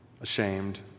ashamed